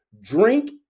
drink